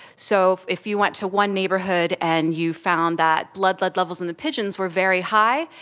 so if you went to one neighbourhood and you found that blood lead levels in the pigeons were very high,